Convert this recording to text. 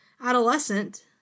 Adolescent